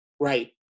Right